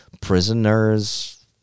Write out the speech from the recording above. prisoners